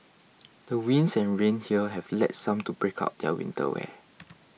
the winds and rain here have led some to break out their winter wear